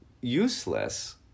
useless